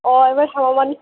অঁ এইবাৰ হেম